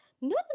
no